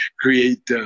create